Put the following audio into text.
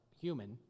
human